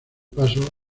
paso